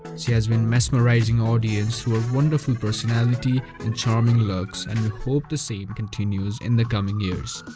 she has been mesmerizing audience through her wonderful personality and charming looks and we hope the same continues in the coming years.